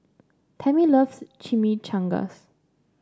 Tammie loves Chimichangas